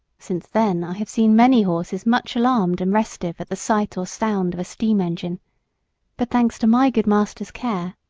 since then i have seen many horses much alarmed and restive at the sight or sound of a steam engine but thanks to my good master's care,